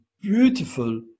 beautiful